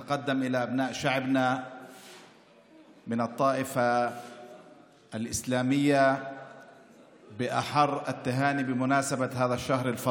נברך את בני עמנו מהעדה המוסלמית בברכות חמות לרגל